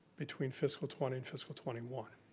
between fiscal twenty and fiscal twenty one.